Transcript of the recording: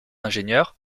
ingénieurs